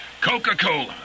Coca-Cola